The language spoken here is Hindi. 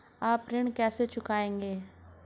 आप ऋण कैसे चुकाएंगे?